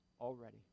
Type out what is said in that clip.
already